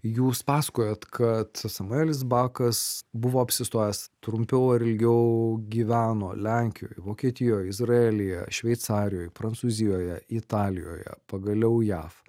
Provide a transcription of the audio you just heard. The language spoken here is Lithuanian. jūs pasakojot kad samuelis bakas buvo apsistojęs trumpiau ar ilgiau gyveno lenkijoj vokietijoj izraelyje šveicarijoj prancūzijoje italijoje pagaliau jav